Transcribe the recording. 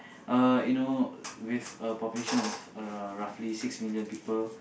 uh you know with a population of around roughly six million people